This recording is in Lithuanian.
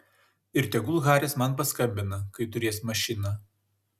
ir tegul haris man paskambina kai turės mašiną